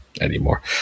anymore